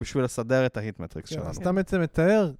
בשביל לסדר את ה-heat-matrix שלנו. כן, אז אתה בעצם מתאר.